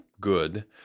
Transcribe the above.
good